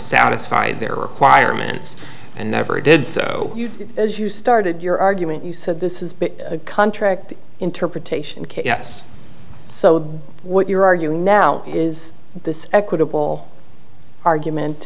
satisfied their requirements and never did so as you started your argument you said this is a contract interpretation yes so what you're arguing now is this equitable argument